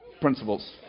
principles